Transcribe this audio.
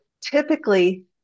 typically